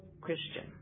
Christian